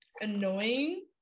annoying